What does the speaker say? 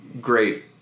great